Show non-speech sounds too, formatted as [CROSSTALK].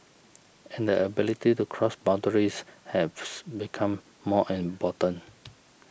and the ability to cross boundaries [UNINTELLIGIBLE] become more important